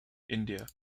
india